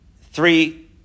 Three